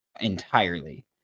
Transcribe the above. entirely